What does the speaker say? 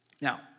Now